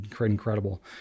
incredible